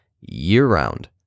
year-round